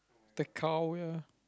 the cow ya